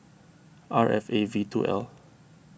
R F A V two L